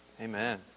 Amen